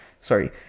sorry